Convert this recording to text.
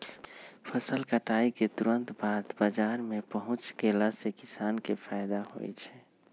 फसल कटाई के तुरत बाद बाजार में पहुच गेला से किसान के फायदा होई छई